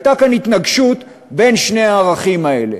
הייתה כאן התנגשות בין שני הערכים האלה.